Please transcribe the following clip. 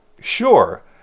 sure